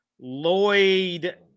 Lloyd